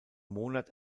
monat